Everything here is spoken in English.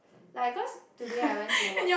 like cause today I went to work